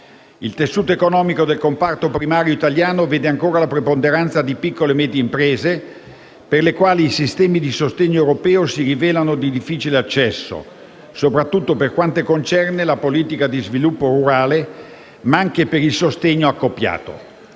Il tessuto economico del comparto primario italiano vede ancora la preponderanza di piccole e medie imprese, per le quali i sistemi di sostegno europeo si rivelano di difficile accesso, soprattutto per quanto concerne la politica di sviluppo rurale, ma anche per il sostegno accoppiato.